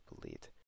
believed